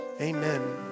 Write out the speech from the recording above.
Amen